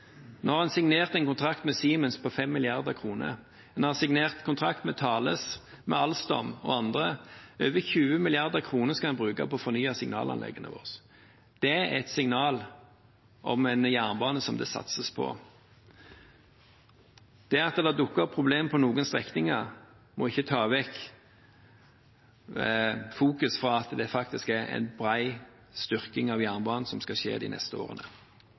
Nå har en signert en kontrakt med Siemens på 5 mrd. kr, en har signert kontrakt med Thales, med Alstom og andre. Over 20 mrd. kr skal en bruke på å fornye signalanleggene våre. Det er et signal om en jernbane som det satses på. At det dukker opp problemer på noen strekninger, må ikke ta bort fokuset fra at det faktisk er en bred styrking av jernbanen som skal skje de neste årene.